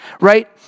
right